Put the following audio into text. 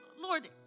Lord